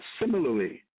similarly